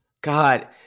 God